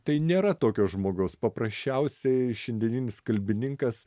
tai nėra tokio žmogaus paprasčiausiai šiandieninis kalbininkas